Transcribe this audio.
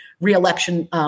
reelection